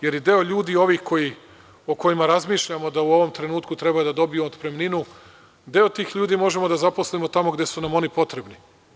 Jer, deo ljudi ovih o kojima razmišljamo da u ovom trenutku treba da dobije otpremninu, deo tih ljudi možemo da zaposlimo tamo gde su nam oni potrebni.